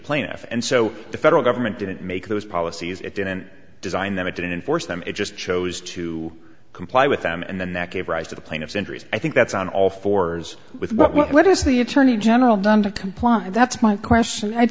plaintiff and so the federal government didn't make those policies it didn't design them it didn't enforce them it just chose to comply with them and then that gave rise to the plaintiff's injuries i think that's on all fours with what what is the attorney general done to comply that's my question